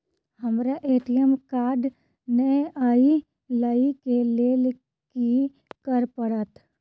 हमरा ATM card नै अई लई केँ लेल की करऽ पड़त?